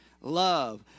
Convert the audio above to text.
love